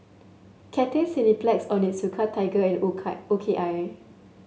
Cathay Cineplex Onitsuka Tiger and O K I